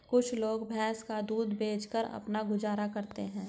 कुछ लोग भैंस का दूध बेचकर अपना गुजारा करते हैं